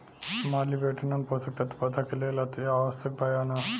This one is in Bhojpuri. मॉलिबेडनम पोषक तत्व पौधा के लेल अतिआवश्यक बा या न?